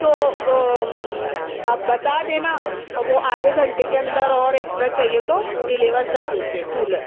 تو آپ بتا دینا اور وہ آدھے گھنٹے کے اندر اور ایکسٹرا چاہیے تو ڈلیور کر دیتے ہیں کولر